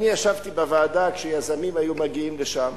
אני ישבתי בוועדה כשיזמים היו מגיעים לשם,